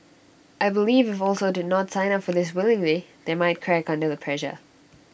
I believe if also did not sign up for this willingly they might crack under the pressure